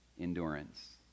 endurance